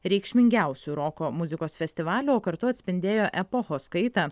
reikšmingiausių roko muzikos festivalių o kartu atspindėjo epochos kaitą